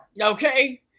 okay